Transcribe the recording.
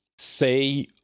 say